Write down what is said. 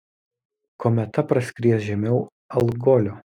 kometa praskries žemiau algolio